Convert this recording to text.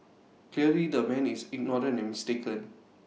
clearly the man is ignorant and mistaken